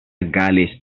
gales